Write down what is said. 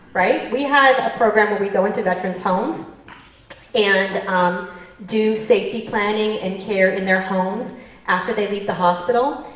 right? we have program where we go into veterans' homes and um do safety planning and care in their homes after they leave the hospital,